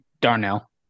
Darnell